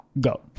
go